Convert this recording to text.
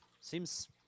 seems